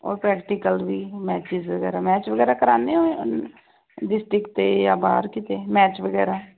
ਔਰ ਪ੍ਰੈਕਟੀਕਲ ਵੀ ਮੈਚਸ ਵਗੈਰਾ ਮੈਚ ਵਗੈਰਾ ਕਰਵਾਉਂਦੇ ਹੋ ਡਿਸਟ੍ਰਿਕ 'ਤੇ ਜਾਂ ਬਾਹਰ ਕਿਤੇ ਮੈਚ ਵਗੈਰਾ